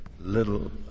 Little